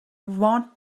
want